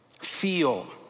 feel